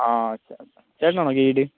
ആ ചേട്ടനാണോ ഗൈഡ്